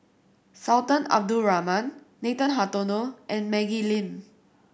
Sultan Abdul Rahman Nathan Hartono and Maggie Lim